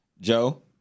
Joe